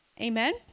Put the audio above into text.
Amen